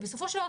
בסופו של דבר,